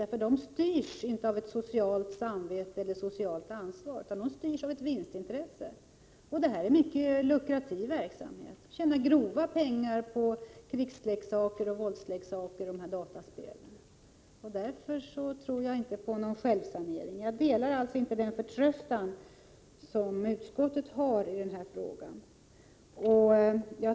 Det styrs inte av ett socialt samvete eller ett socialt ansvar utan av ett vinstintresse. Detta är en mycket lukrativ verksamhet. Man tjänar grova pengar på krigsleksaker, våldsleksaker och dataspel. Därför tror jag inte på någon självsanering. Jag delar alltså inte den förtröstan som utskottet har i denna fråga.